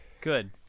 Good